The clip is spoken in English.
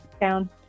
Down